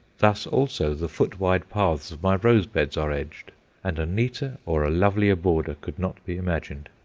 thus also the foot-wide paths of my rose-beds are edged and a neater or a lovelier border could not be imagined.